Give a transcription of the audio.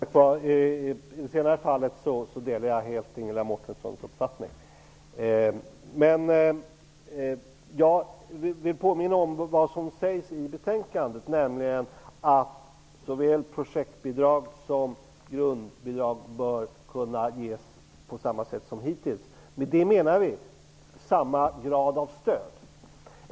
Herr talman! I det senare fallet delar jag helt Ingela Mårtenssons uppfattning. Men jag vill påminna om vad som sägs i betänkandet, nämligen att såväl projektbidrag som grundbidrag bör kunna ges på samma sätt som hittills. Med det menar vi samma grad av stöd.